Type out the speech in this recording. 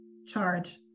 Charge